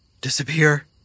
disappear